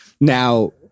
now